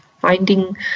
finding